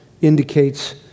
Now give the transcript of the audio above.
indicates